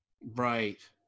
right